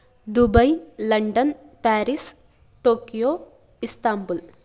Dubai London Paris Tokyo Istanbul